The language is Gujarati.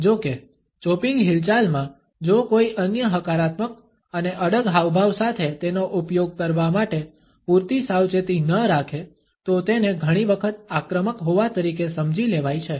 જો કે ચોપીંગ હિલચાલમાં જો કોઈ અન્ય હકારાત્મક અને અડગ હાવભાવ સાથે તેનો ઉપયોગ કરવા માટે પૂરતી સાવચેતી ન રાખે તો તેને ઘણી વખત આક્રમક હોવા તરીકે સમજી લેવાય છે